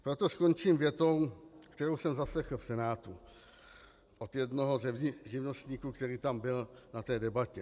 Proto skončím větou, kterou jsem zaslechl v Senátu od jednoho z živnostníků, který tam byl na té debatě.